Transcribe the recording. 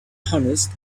honest